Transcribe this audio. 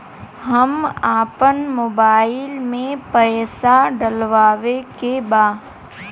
हम आपन मोबाइल में पैसा डलवावे के बा?